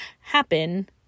happen